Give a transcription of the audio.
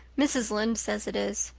mrs. lynde says it is.